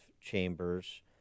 chambers